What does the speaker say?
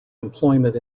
employment